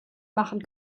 machen